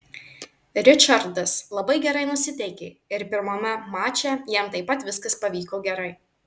ričardas labai gerai nusiteikė ir pirmame mače jam taip pat viskas pavyko gerai